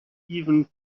even